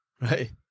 Right